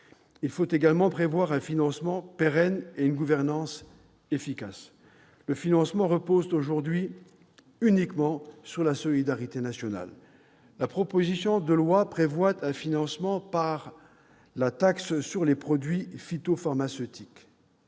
Il faut également prévoir un financement pérenne et une gouvernance efficace. Le financement repose aujourd'hui uniquement sur la solidarité nationale. La proposition de loi prévoit un financement par la taxe sur les produits phytopharmaceutiques.